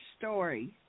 Story